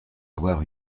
avoir